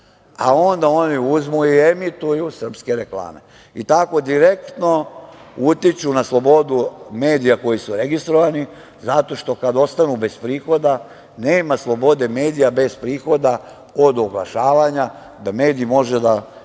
a onda oni uzmu i emituju srpske reklame i tako direktno utiču na slobodu medija koji su registrovani, zato što kad ostanu bez prihoda, nema slobode medija bez prihoda od oglašavanja, da medij može da